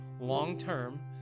long-term